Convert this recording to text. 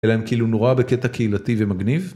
אלא הם כאילו נורא בקטע קהילתי ומגניב.